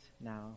now